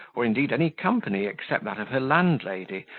or indeed any company, except that of her landlady,